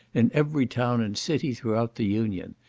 in every town and city throughout the union.